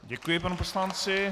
Děkuji panu poslanci.